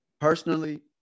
Personally